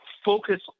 focus